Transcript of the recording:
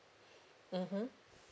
mmhmm